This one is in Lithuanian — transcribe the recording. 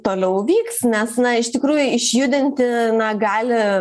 toliau vyks nes na iš tikrųjų išjudinti na gali